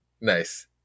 Nice